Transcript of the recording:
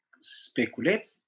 speculate